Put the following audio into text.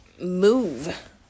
move